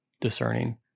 discerning